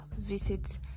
visit